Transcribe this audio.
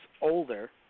older